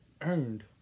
earned